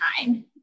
time